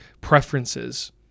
preferences